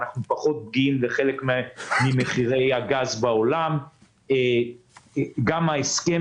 אנחנו פחות פגיעים בחלק ממחירי הגז בעולם; גם ההסכם